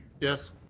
yes.